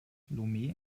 lomé